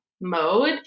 mode